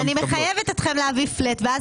אבל אם אני מחייבת אתכם להביא פלט ואז